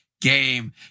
game